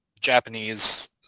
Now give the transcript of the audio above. Japanese